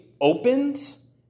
opens